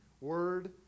Word